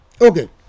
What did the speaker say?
Okay